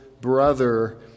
brother